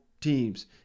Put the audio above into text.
teams